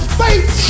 faith